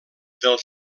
del